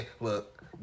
look